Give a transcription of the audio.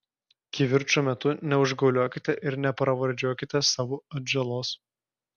kivirčo metu neužgauliokite ir nepravardžiuokite savo atžalos